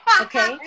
Okay